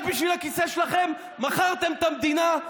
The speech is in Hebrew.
רק בשביל הכיסא שלכם מכרתם את המדינה.